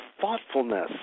thoughtfulness